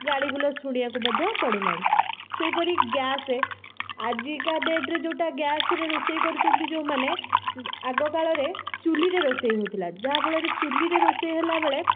ଗାଳି ଗୁଲଜ ଶୁଣିବାକୁ ମଧ୍ୟ ପଡ଼ୁନାହିଁ ସେହିପରି ଗ୍ୟାସ ଆଜିକା ଡେଟରେ ଯେଉଁଟା ଗ୍ୟାସରେ ରୋଷେଇ କରୁଛନ୍ତି ଯେଉଁମାନେ ଆଗକାଳରେ ଚୁଲିରେ ରୋଷେଇ ହେଉଥିଲା ଯାହାଫଳରେ ଚୁଲିରେ ରୋଷେଇ ହେଲାବେଳେ